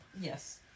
Yes